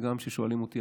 גם כששואלים אותי.